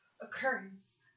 occurrence